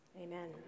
amen